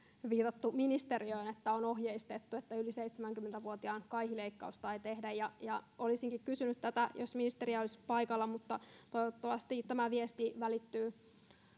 viitattu ministeriöön että on ohjeistettu että yli seitsemänkymmentä vuotiaan kaihileikkausta ei tehdä olisinkin kysynyt tätä jos ministeri olisi paikalla mutta toivottavasti tämä viesti välittyy